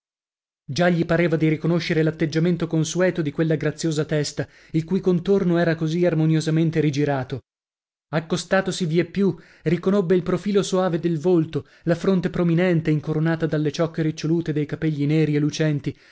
già gli pareva di riconoscere l'atteggiamento consueto di quella graziosa testa il cui contorno era così armoniosamente rigirato accostatosi vieppiù riconobbe il profilo soave del volto la fronte prominente incoronata dalle ciocche ricciolute dei capegli neri e lucenti